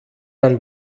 man